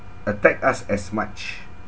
attack us as much